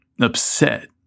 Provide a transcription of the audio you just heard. upset